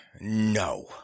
No